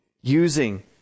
Using